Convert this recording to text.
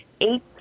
eight